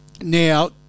now